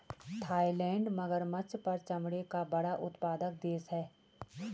Thailand मगरमच्छ पर चमड़े का बड़ा उत्पादक देश है